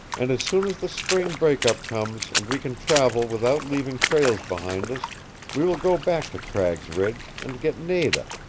and as soon as the spring break-up comes and we can travel without leaving trails behind us we will go back to cragg's ridge and get nada,